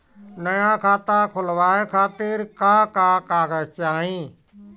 नया खाता खुलवाए खातिर का का कागज चाहीं?